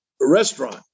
restaurant